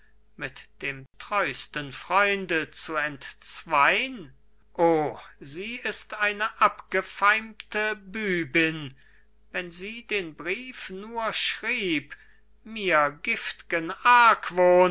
mit dem treusten freunde zu entzwein o sie ist eine abgefeimte bübin wenn sie den brief nur schrieb mir gift'gen